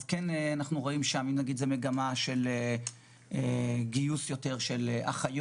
פעילות שכללה מגמה של גיוס של יותר אחיות,